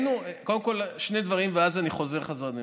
קודם כול, שני דברים, ואז אני חוזר בחזרה.